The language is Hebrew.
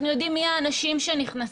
אנחנו יודעים מי האנשים שנכנסים,